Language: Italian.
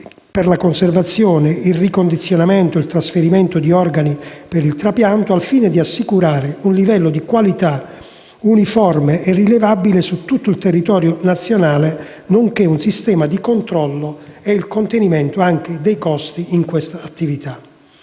per la conservazione, il ricondizionamento ed il trasferimento di organi per il trapianto, al fine di assicurare un livello di qualità uniforme e rilevabile su tutto il territorio nazionale, nonché un sistema di controllo ed il contenimento dei costi in questa attività.